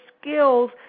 skills